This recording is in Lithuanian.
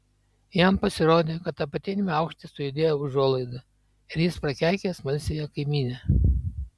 jam pasirodė kad apatiniame aukšte sujudėjo užuolaida ir jis prakeikė smalsiąją kaimynę